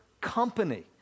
company